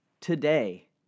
today